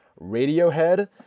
Radiohead